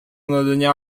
надання